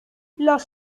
los